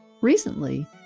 Recently